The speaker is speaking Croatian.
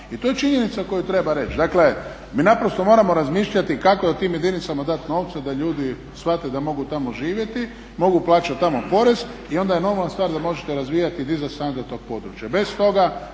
I to je činjenica koju treba reći. Dakle mi naprosto moramo razmišljati kako tim jedinicama dati novce da ljudi shvate da mogu tamo živjeti, mogu plaćati tamo porez i onda je normalna stvar da možete razvijati i …/Govornik